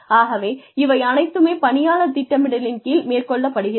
ஆகவே இவை அனைத்துமே பணியாளர் திட்டமிடலின் கீழ் மேற்கொள்ளப்படுகிறது